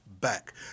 back